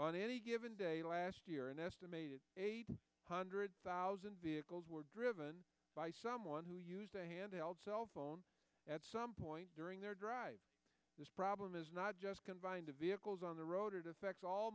on any given day last year an estimated eight hundred thousand vehicles were driven by someone who used a hand held cell phone at some point during their drive this problem is not just confined to vehicles on the road it affects all